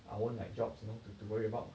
I won't like jobs you know to to worry about